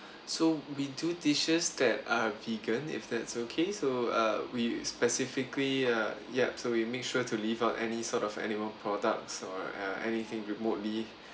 so we do dishes that are vegan if that's okay so uh we specifically uh yup so we make sure to leave out any sort of animal products or uh anything remotely